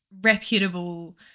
reputable